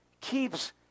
keeps